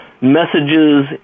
messages